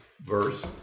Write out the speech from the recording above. verse